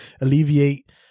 alleviate